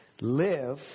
live